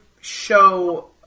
show